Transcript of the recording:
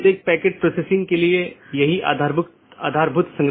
इसलिए जब ऐसी स्थिति का पता चलता है तो अधिसूचना संदेश पड़ोसी को भेज दिया जाता है